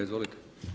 Izvolite.